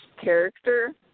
character